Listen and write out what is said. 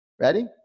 Ready